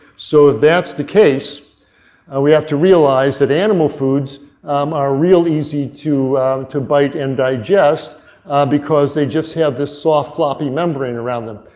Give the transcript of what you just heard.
so that's the case we have to realize that animal foods are real easy to to bite and digest because they just have this soft floppy membrane around them.